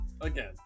Again